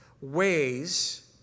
ways